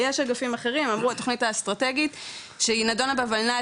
יש אגפים אחרים אמרו התוכנית האסטרטגית שהיא נדונה בוולנת"ע